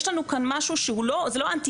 יש לנו כאן משהו שהוא לא אנטידוט,